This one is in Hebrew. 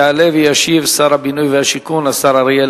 יעלה וישיב שר הבינוי והשיכון, השר אריאל